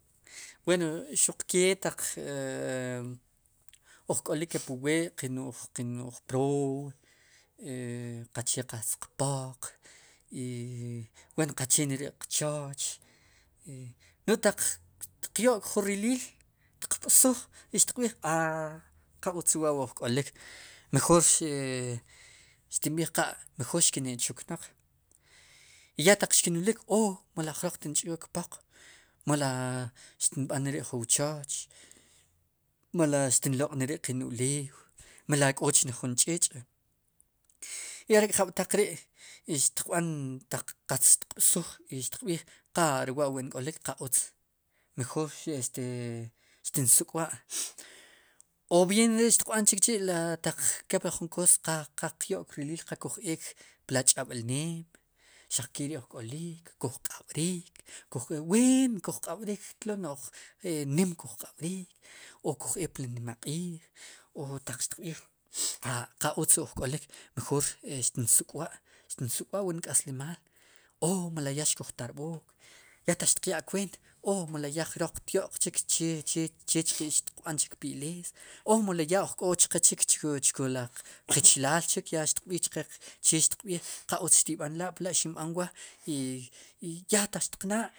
Wen xuq ke taq ee uj k'olik kep wu we qenu'j qenu' proow qache qatz qpoq ween qachee neri'qchooch i notaq qyo'k jun riliil qb'suj qb'iij aa qautz re wa'wu uj k'olik mejoor xtinb'iij xkini'chuknaq y ya taq xkinulik oo melo jroq tin ch'aak poq melo xtinb'an neri'jun wchooch melo xtinloq'neri qen ulew melo k'chne jun ch'ich' i are'jab'taq ri' i xtiq b'an qatz xtiq b'suj i xtiq b'iij qaal re wa' nk'olik qa utz mejor xtin suk'b'a' o bien rech xtiq b'an chikchi' kep taq kepli jun koos qal qa qyo'k riliil qa kuj eek pri ch'ab'lneem xaq keri'uj k'olik kuj q'ab'rik ween kuj q'ab'rik tlo no'j nim kuj kab'riik o kuj eek pri nima q'iij o taq xtiq b'iij qa utz ujk'olik mejor xtin suk'b'a' xtinsuk'b'a wu nk'aslimaal oo mele ya xkuj tarb'ook ya taq xtiq yaa kweent o mele yaa jroq xtyo'q chik chee chechik xtiq b'an pi iglesia o mele yaa uj k'ochqe chik qichilaal chik xtiqb'iij che qa utz xtib'anla' xinb'an wa i ya taq xtiq naa'.